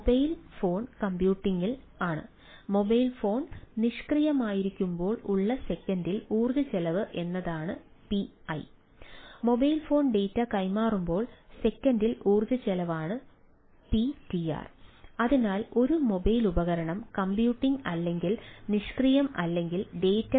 mobile ൻ്റെ വേഗത